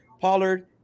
Pollard